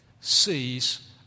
sees